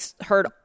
heard